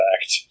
fact